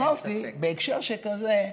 ואמרתי שבהקשר שכזה,